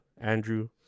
Andrew